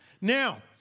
Now